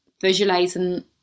visualizing